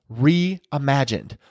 reimagined